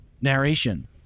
narration